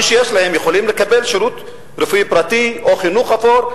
מי שיש להם יכולים לקבל שירות רפואי פרטי או חינוך אפור,